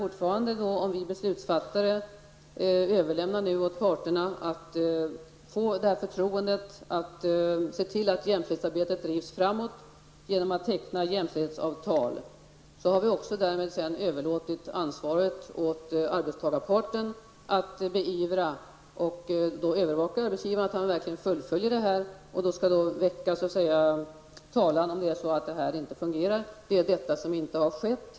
Om vi beslutsfattare överlämnar förtroendet åt parterna att se till att jämställdhetsarbetet drivs framåt genom att teckna jämställdhetsavtal, så har vi därmed också överlåtit ansvaret åt arbetstagarparten att beivra och övervaka arbetsgivaren så att han verkligen fullföljer detta. Då skall det också väckas talan om det är så att det inte fungerar. Detta har inte skett.